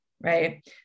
right